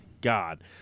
God